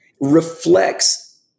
reflects